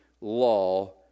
law